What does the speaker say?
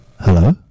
Hello